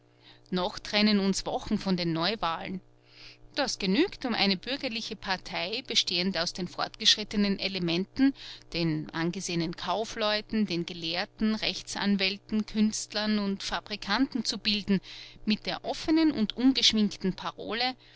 noch trennen uns wochen von den neuwahlen das genügt um eine bürgerliche partei bestehend aus den fortgeschrittenen elementen den angesehenen kaufleuten den gelehrten rechtsanwälten künstlern und fabrikanten zu bilden mit der offenen und ungeschminkten parole